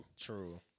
True